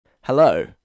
Hello